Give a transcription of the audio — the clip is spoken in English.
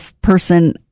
person